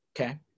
Okay